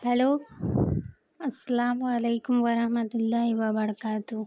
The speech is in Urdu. ہیلو السلام علیکم ورحمتہ اللہ وبرکاتہ